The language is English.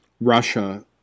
Russia